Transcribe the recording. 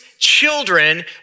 Children